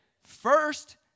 first